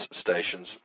stations